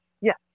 Yes